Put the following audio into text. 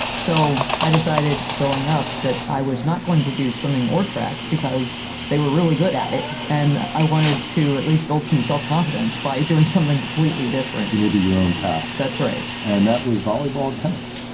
so i decided growing up that i was not going to do swimming or track because they were really good at it and i wanted to at least build some self-confidence by doing something completely different neededrosenberg your own path. that's right. and that was volleyball, and tennis.